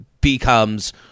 becomes